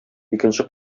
икенче